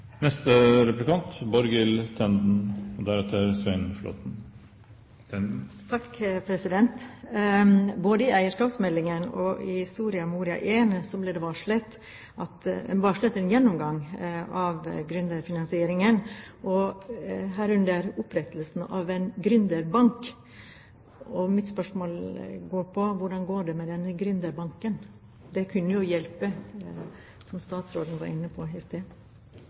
Soria Moria I ble det varslet en gjennomgang av gründerfinansieringen, herunder opprettelsen av en gründerbank. Mitt spørsmål er: Hvordan går det med denne gründerbanken? Det kunne jo hjelpe, som statsråden var inne på.